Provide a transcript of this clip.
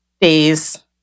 days